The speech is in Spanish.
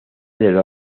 del